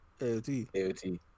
aot